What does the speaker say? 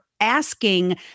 asking